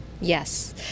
Yes